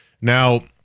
Now